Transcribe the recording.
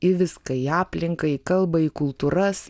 į viską į aplinką į kalbą į kultūras